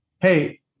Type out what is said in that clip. Hey